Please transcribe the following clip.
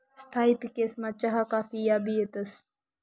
स्थायी पिकेसमा चहा काफी याबी येतंस